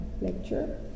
lecture